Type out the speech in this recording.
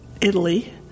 Italy